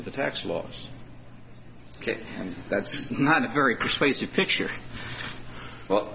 to the tax laws and that's not a very persuasive picture well